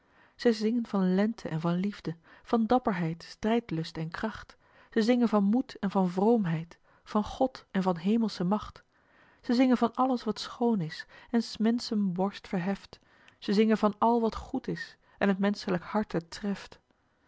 zij zingen van lente en van liefde van dapperheid strijdlust en kracht ze zingen van moed en van vroomheid van god en van hemelsche macht ze zingen van alles wat schoon is en s menschen borst verheft ze zingen van al wat goed is en t menschelijk harte treft